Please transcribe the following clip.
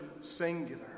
singular